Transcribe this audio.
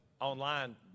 online